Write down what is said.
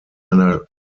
einer